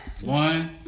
One